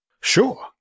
Sure